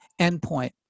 endpoint